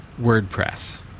WordPress